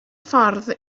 ffordd